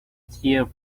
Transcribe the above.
tears